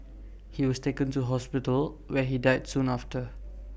he was taken to hospital where he died soon after